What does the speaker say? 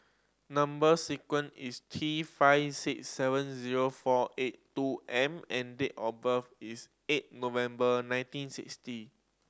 number sequence is T five six seven zero four eight two M and date of birth is eight November nineteen sixty